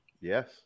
Yes